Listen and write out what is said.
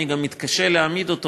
אני גם מתקשה להעמיד אותו,